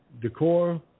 decor